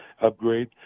upgrade